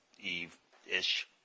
Eve-ish